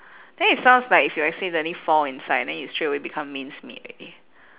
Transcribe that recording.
then it sounds like if you accidentally fall inside then you straightaway become minced meat already